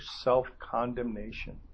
self-condemnation